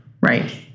Right